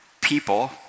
people